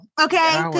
okay